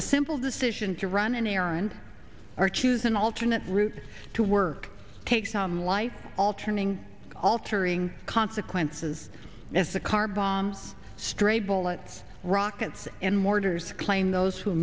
a simple decision to run an errand or choose an alternate route to work takes on life altering altering consequences as the car bomb stray bullets rockets and mortars claim those who